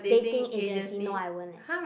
dating agency no I won't leh